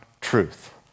truth